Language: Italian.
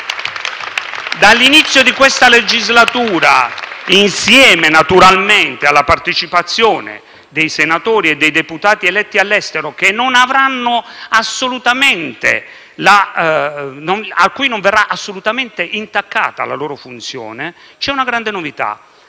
Dall'inizio di questa legislatura insieme naturalmente alla partecipazione dei senatori e dei deputati eletti all'estero, che non vedranno assolutamente intaccata la loro funzione, c'è una grande novità.